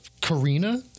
Karina